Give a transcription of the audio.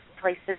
Places